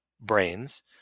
brains